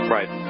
Right